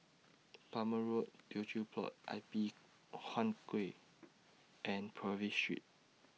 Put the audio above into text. Plumer Road Teochew Poit Ip Huay Kuan and Purvis Street